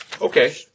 Okay